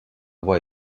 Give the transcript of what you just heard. voix